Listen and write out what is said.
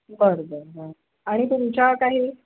बरं बरं बरं आणि तुमच्या काही